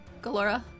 Galora